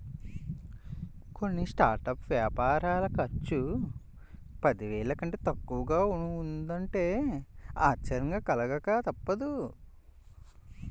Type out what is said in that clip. కొన్ని స్టార్టప్ వ్యాపారాల ఖర్చు పదివేల కంటే తక్కువగా ఉంటున్నదంటే ఆశ్చర్యం కలగక తప్పదు